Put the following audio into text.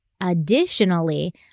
additionally